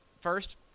first